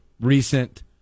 recent